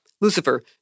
Lucifer